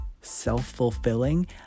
self-fulfilling